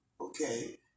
okay